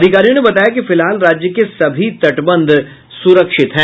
अधिकारियों ने बताया कि फिलहाल राज्य के सभी तटबंध सुरक्षित हैं